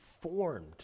formed